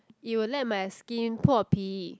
it will let my skin po pi